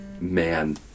man